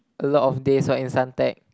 a lot of days what in Suntec